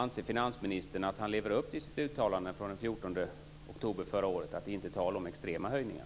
Anser finansministern att han lever upp till sitt uttalande från den 14 oktober förra året om att det inte ska bli tal om extrema höjningar?